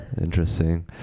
Interesting